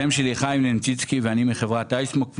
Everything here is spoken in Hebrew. אני מחברת אייסמוק פלוס,